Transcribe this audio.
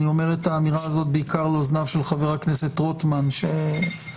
אני אומר את האמירה הזאת בעיקר לאוזניו של חבר הכנסת רוטמן שביכה